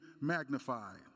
magnified